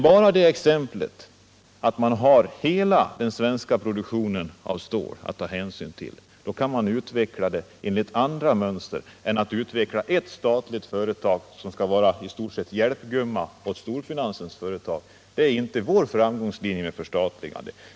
Har man hela den svenska produktionen av stål att ta hänsyn till kan man utveckla den enligt andra mönster än då man utvecklar ett statligt företag som i stort sett får vara hjälpgumma åt storfinansens företag. Det är inte vår linje för förstatligande.